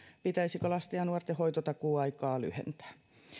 pitäisikö lasten ja nuorten hoitotakuuaikaa lyhentää